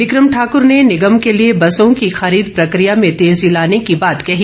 बिक्रम ठाकुर ने निगम के लिए बसों की खरीद प्रक्रिया में तेज़ी लाने की बात कही